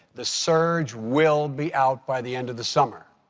the surge will be out by the end of the summer.